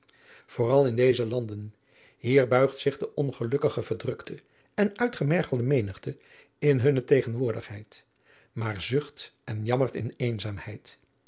vooral in deze landen hier buigt zich de ongelukkige verdrukte en uitgemergelde menigte in hunne tegenwoordigheid maar zucht en jammert in eenzaamheid